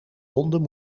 honden